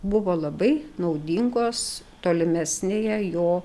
buvo labai naudingos tolimesnėje jo